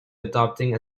adopting